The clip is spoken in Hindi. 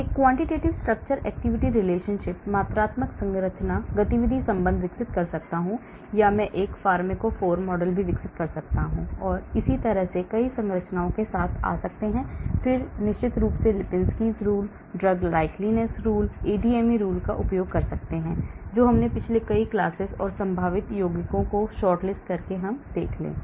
मैं एक मात्रात्मक संरचना गतिविधि संबंध विकसित कर सकता हूं या मैं एक फार्माकोफोर मॉडल भी विकसित कर सकता हूं और इसी तरह मैं नई संरचनाओं के साथ आता हूं और फिर मैं निश्चित रूप से Lipinski's rule drug likeness rules ADME rules का उपयोग करूंगा जो हमने पिछले कई classes और संभावित यौगिकों को shortlist में देखे हैं